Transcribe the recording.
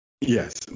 Yes